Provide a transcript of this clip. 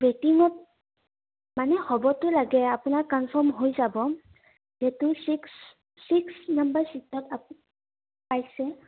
ৱেটিঙত মানে হ'বতো লাগে আপোনাৰ কনফাৰ্ম হৈ যাব যিহেতু ছিক্স ছিক্স নাম্বাৰ ছীটত আপুনি পাইছে